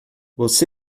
você